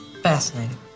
Fascinating